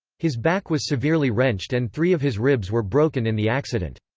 his back was severely wrenched and three of his ribs were broken in the accident.